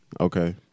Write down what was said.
Okay